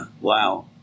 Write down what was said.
Wow